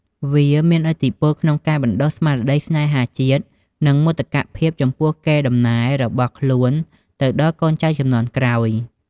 វាមានឥទ្ធិពល ក្នុងការបណ្តុះស្មារតីស្នេហាជាតិ និងមោទកភាពចំពោះកេរ្តិ៍ដំណែលរបស់ខ្លួនទៅដល់កូនចៅជំនាន់ក្រោយ។